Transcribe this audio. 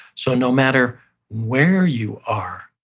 so no matter where you are,